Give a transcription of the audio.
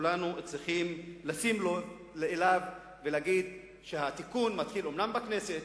שכולנו צריכים לשים לב אליו ולהגיד שהתיקון אומנם מתחיל בכנסת,